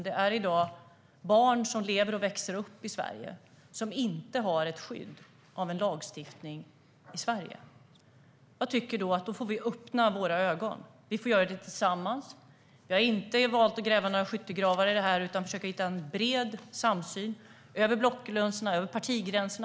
Det finns i dag barn som lever och växer upp i Sverige som inte har skydd av lagstiftning i Sverige. Då tycker jag att vi får öppna våra ögon. Vi får göra det tillsammans. Jag har inte valt att gräva några skyttegravar utan försöka hitta en bred samsyn över block och partigränserna.